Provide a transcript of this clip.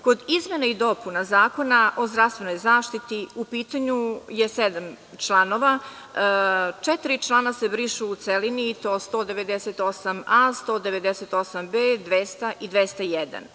Kod izmene i dopune Zakona o zdravstvenoj zaštiti u pitanju je sedam članova, četiri člana se brišu u celini i to 198a, 198b, 200. i 201.